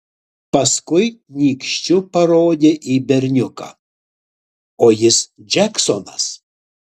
paskui nykščiu parodė į berniuką o jis džeksonas